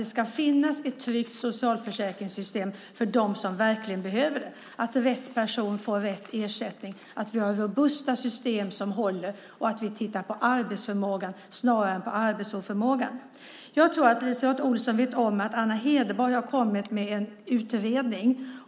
Det ska finnas ett tryggt socialförsäkringssystem för dem som verkligen behöver det - alltså att rätt person får rätt ersättning, att vi har robusta system som håller och att vi tittar på arbetsförmågan snarare än på arbetsoförmågan. Jag tror att LiseLotte Olsson vet om att Anna Hedborg har kommit med en utredning.